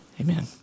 Amen